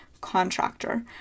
contractor